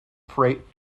freight